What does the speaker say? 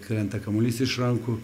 krenta kamuolys iš rankų